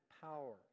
power